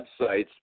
websites